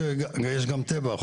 יש גם טבע.